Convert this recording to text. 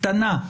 קטנה,